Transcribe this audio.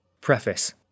Preface